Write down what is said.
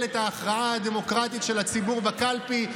את ההכרעה הדמוקרטית של הציבור בקלפי,